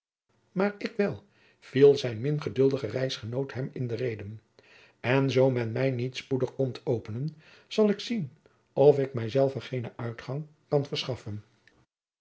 maar ik wel viel zijn min geduldige reisgenoot hem in de reden en zoo men mij niet spoedig komt openen zal ik zien of ik mijzelven geenen uitgang kan verschaffen